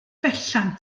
berllan